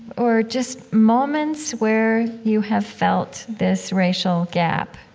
or just moments where you have felt this racial gap.